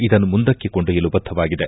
ಇದನ್ನು ಮುಂದಕ್ಕೆ ಕೊಂಡೊಯ್ಟಲು ಬದ್ದವಾಗಿದೆ